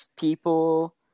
people